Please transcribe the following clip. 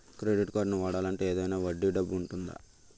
Credit కార్డ్ని వాడాలి అంటే ఏదైనా వడ్డీ డబ్బు ఉంటుందా?